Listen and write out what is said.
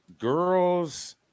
girls